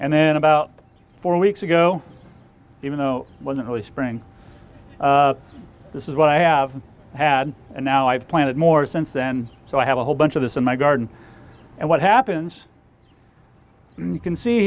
and then about four weeks ago even though it wasn't really spring this is what i have had and now i've planted more since then so i have a whole bunch of this in my garden and what happens and you can see